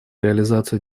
реализацию